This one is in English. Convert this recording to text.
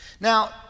Now